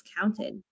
counted